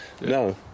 no